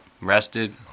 rested